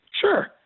Sure